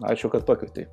ačiū kad pakvietei